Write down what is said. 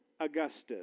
Augustus